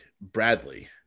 Bradley